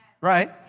right